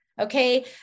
Okay